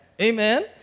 Amen